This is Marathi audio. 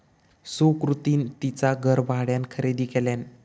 सुकृतीन तिचा घर भाड्यान खरेदी केल्यान